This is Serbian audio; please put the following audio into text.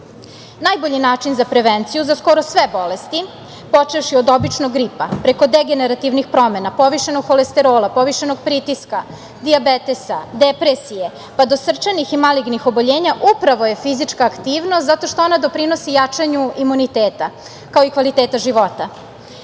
Najbolji način za prevenciju za skoro sve bolesti, počevši od običnog gripa preko degenarativnih promena, povišenog holesterola, povišenog pritiska, dijabetesa, depresije, pa do srčanih i malignih oboljenja upravo je fizička aktivnost zato što ona doprinosi jačanju imuniteta kao i kvaliteta života.